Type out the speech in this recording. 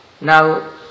now